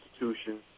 institution